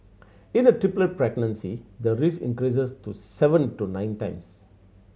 in a triplet pregnancy the risk increases to seven to nine times